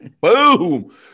Boom